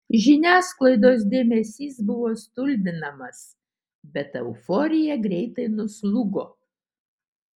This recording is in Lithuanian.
žiniasklaidos dėmesys buvo stulbinamas bet euforija greitai nuslūgo